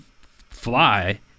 fly